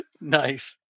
nice